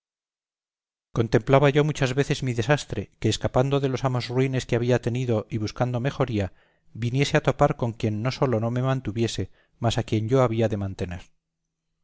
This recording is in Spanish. contemplaba yo muchas veces mi desastre que escapando de los amos ruines que había tenido y buscando mejoría viniese a topar con quien no solo no me mantuviese mas a quien yo había de mantener